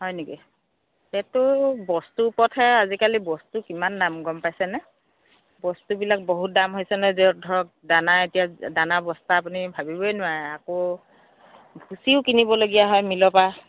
হয় নেকি সেইটো বস্তুৰ ওপৰতহে আজিকালি বস্তু কিমান দাম গম পাইছেনে বস্তুবিলাক বহুত দাম হৈছে নহয় এতিয়া ধৰক দানা এতিয়া দানা বস্তা আপুনি ভাবিবই নোৱাৰে আকৌ ভুচিও কিনিবলগীয়া হয় মিলৰ পৰা